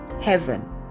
heaven